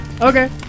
Okay